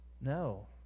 No